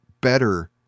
better